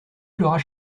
l’orage